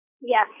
Yes